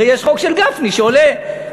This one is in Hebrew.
הרי יש חוק של גפני שעולה השבוע.